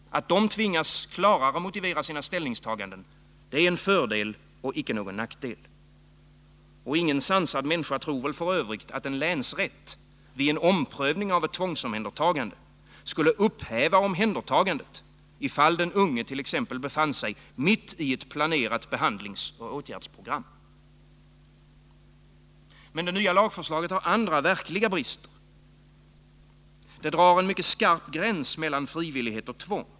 Att de tvingas klarare motivera sina ställningstaganden är en fördel och ingen nackdel. Ingen sansad människa tror väl f.ö. att en länsrätt vid en omprövning av ett tvångsomhändertagande skulle upphäva beslutet om omhändertagande ifall den unge t.ex. befann sig mitt i ett planerat behandlingsoch åtgärdsprogram. Men det nya lagförslaget har andra, verkliga brister. Det drar en mycket skarp gräns mellan frivillighet och tvång.